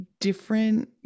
different